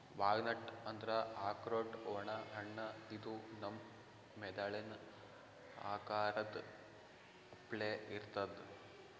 walnut ಅಂದ್ರ ಆಕ್ರೋಟ್ ಒಣ ಹಣ್ಣ ಇದು ನಮ್ ಮೆದಳಿನ್ ಆಕಾರದ್ ಅಪ್ಲೆ ಇರ್ತದ್